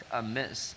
amiss